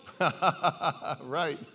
Right